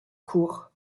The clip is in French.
cours